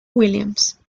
williams